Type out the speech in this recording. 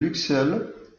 luxeuil